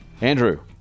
Andrew